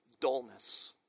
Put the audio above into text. dullness